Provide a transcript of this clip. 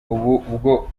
ubwo